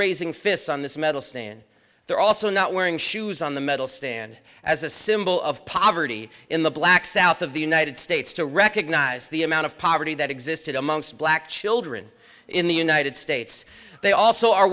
raising fists on this medal stand they're also not wearing shoes on the medal stand as a symbol of poverty in the black south of the united states to recognize the amount of poverty that existed amongst black children in the united states they also are